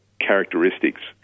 characteristics